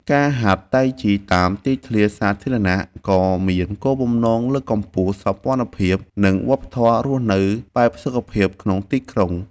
ការហាត់តៃជីតាមទីធ្លាសាធារណៈក៏មានគោលបំណងលើកកម្ពស់សោភ័ណភាព និងវប្បធម៌រស់នៅបែបសុខភាពក្នុងទីក្រុង។